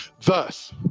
Thus